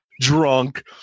Drunk